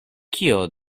kio